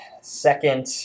second